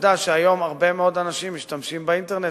העובדה שהיום הרבה מאוד אנשים משתמשים באינטרנט.